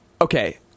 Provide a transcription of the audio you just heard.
Okay